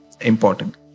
Important